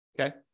Okay